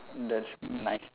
that's nice